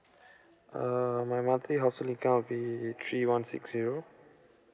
err my monthly household income will be three one six zero